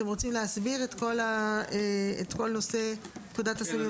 אתם רוצים להסביר את כל נושא פקודת הסמים המסוכנים?